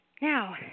Now